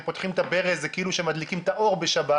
פותחים את הברז זה כאילו שהם מדליקים את האור בשבת,